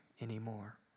anymore